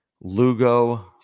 Lugo